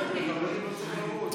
חברים, אנחנו במחנה הממלכתי,